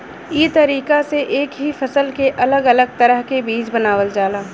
ई तरीका से एक ही फसल के अलग अलग तरह के बीज बनावल जाला